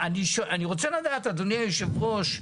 אני רוצה לדעת אדוני היושב ראש,